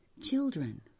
Children